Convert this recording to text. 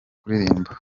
kuririmba